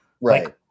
Right